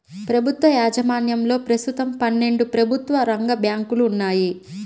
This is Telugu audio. ప్రభుత్వ యాజమాన్యంలో ప్రస్తుతం పన్నెండు ప్రభుత్వ రంగ బ్యాంకులు ఉన్నాయి